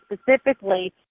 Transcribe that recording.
specifically